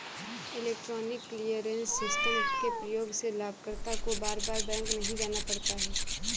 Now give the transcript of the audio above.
electronic clearance system के प्रयोग से लाभकर्ता को बार बार बैंक नहीं जाना पड़ता है